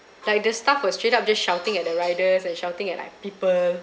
like the staff was straight up just shouting at the riders and shouting at like people